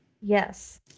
Yes